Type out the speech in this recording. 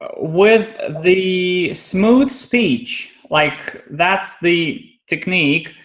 ah with the smooth speech, like that's the technique,